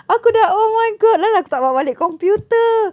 aku dah oh my god then aku tak bawa balik computer